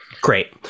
Great